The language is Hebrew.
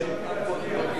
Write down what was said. אז אתה מודיע,